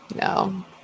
no